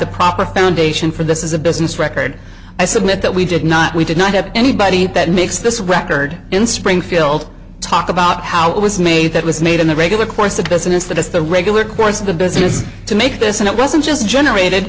is a business record i submit that we did not we did not have anybody that makes this record in springfield talk about how it was made that was made in the regular course the business that is the regular course of the business to make this and it wasn't just generated